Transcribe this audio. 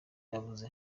abuze